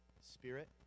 spirit